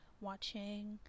watching